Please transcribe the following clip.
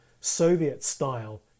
Soviet-style